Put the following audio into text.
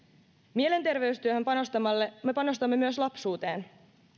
mielenterveystyöhön panostamalla me panostamme myös lapsuuteen